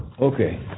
Okay